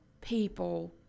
people